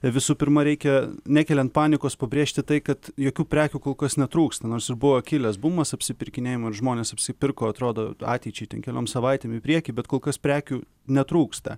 visų pirma reikia nekeliant panikos pabrėžti tai kad jokių prekių kol kas netrūksta nors buvo kilęs bumas apsipirkinėjame ir žmonės apsipirko atrodo ateičiai ten keliom savaitėm į priekį bet kol kas prekių netrūksta